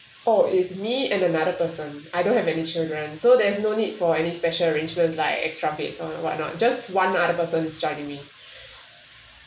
oh is me and another person I don't have any children so there's no need for any special arrangement like extra bed or what not just one other person is joining me